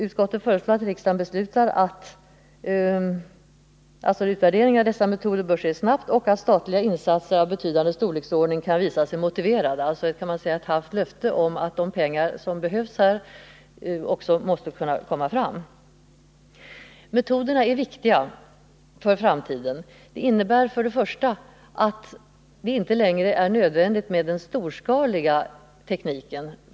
Utskottet framhåller vidare att utvärderingen av dessa metoder bör ske i snabb takt och att statliga insatser av betydande storleksordning kan visa sig motiverade. Man kan alltså tala om ett halvt löfte att de pengar som behövs härvidlag också skall ställas till förfogande. Metoderna är viktiga för framtiden. Tack vare dessa kan numera stålframställningen vara lönsam även utan den storskaliga tekniken.